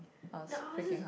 nah I was just